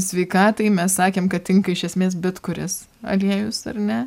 sveikatai mes sakėm kad tinka iš esmės bet kuris aliejus ar ne